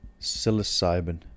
Psilocybin